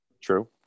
true